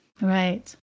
right